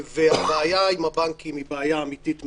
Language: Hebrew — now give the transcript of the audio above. והבעיה עם הבנקים היא בעיה אמיתית מאוד.